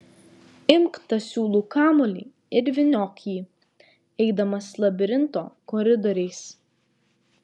imk tą siūlų kamuolį ir vyniok jį eidamas labirinto koridoriais